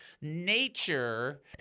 nature